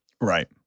Right